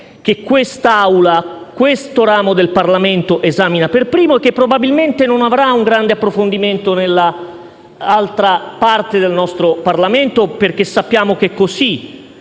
Questa Assemblea, questo ramo del Parlamento, lo esamina in prima lettura, e probabilmente non avrà un grande approfondimento nell'altro ramo del nostro Parlamento, perché sappiamo che così